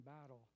battle